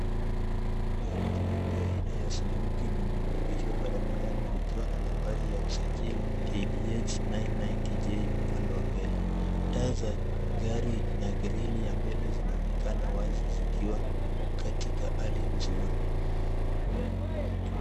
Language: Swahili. Gari jeupe aina ya suzuki limeegeshwa barabarani likiwa na nambari ya usajili, KDH nine ninety J,upande wa mbele. Taa za gari na grili ya mbele zinaonekana wazi zikiwa katika hali nzuri.